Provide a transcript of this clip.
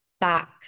back